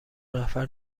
نفر